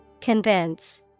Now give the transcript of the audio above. Convince